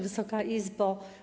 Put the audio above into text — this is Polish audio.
Wysoka Izbo!